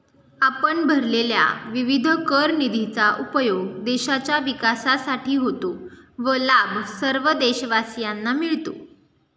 आपण भरलेल्या विविध कर निधीचा उपयोग देशाच्या विकासासाठी होतो व लाभ सर्व देशवासियांना मिळतो